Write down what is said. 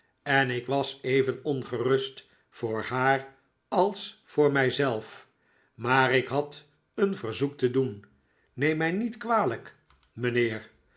en ik was even ongerust voor haar als voor mij zelf maar ik had een verzoek te doen neem mij niet kwalijk mijnheer